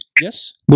yes